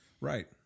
right